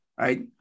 right